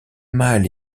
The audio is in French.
mal